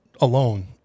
alone